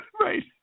Right